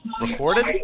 Recorded